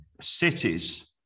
cities